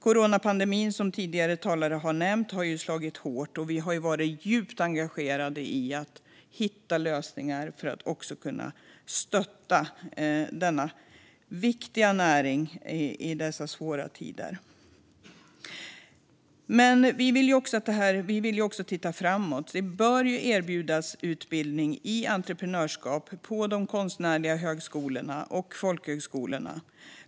Coronapandemin, som tidigare talare har nämnt, har slagit hårt. Och vi har varit djupt engagerade i att hitta lösningar för att kunna stötta denna viktiga näring i dessa svåra tider. Men vi vill också titta framåt. Det bör erbjudas utbildning i entreprenörskap på de konstnärliga högskolorna och folkhögskolorna.